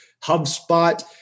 HubSpot